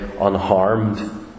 unharmed